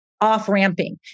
off-ramping